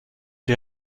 you